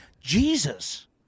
Jesus